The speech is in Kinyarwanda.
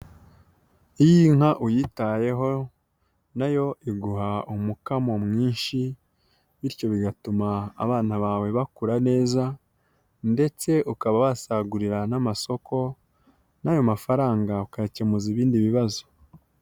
Iyo inka uyitayeho na yo iguha umukamo mwinshi bityo bigatuma abana bawe bakura neza ndetse ukaba wasagurira n'amasoko n'ayo mafaranga ukayakemuza ibindi bibazo.